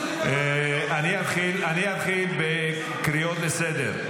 --- אני אתחיל בקריאות לסדר.